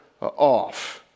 off